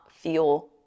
feel